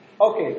Okay